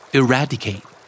eradicate